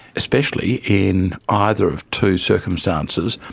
especially in either of two circumstances.